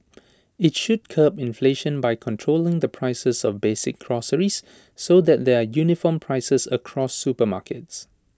IT should curb inflation by controlling the prices of basic groceries so that there are uniform prices across supermarkets